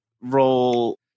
role